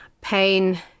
pain